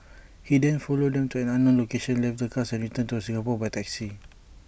he then followed them to an unknown location left the cars and returned to Singapore by taxi